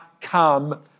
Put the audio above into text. come